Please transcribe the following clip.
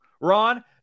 Ron